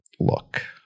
look